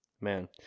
Man